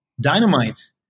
dynamite